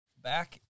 back